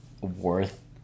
worth